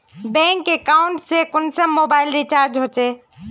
Bank account से कुंसम mobile recharge होचे?